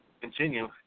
Continue